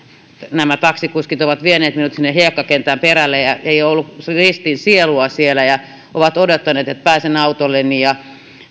nämä taksikuskit ovat vieneet minut sinne hiekkakentän perälle eikä ole ollut ristin sielua siellä ja ovat odottaneet että pääsen autolleni ja